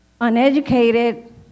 uneducated